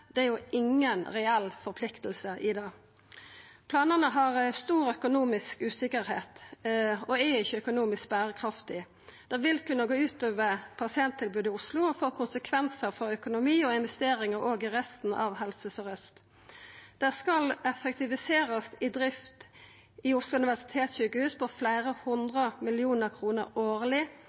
det er inga reell forplikting i det. Planane har stor økonomisk usikkerheit og er ikkje økonomisk berekraftige. Det vil kunna gå ut over pasienttilbodet i Oslo og få konsekvensar for økonomi og investeringar òg i resten av Helse Sør-Aust. Det skal effektiviserast i drift i Oslo universitetssjukehus for fleire hundre millionar kroner årleg